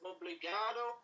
Obrigado